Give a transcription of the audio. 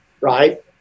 right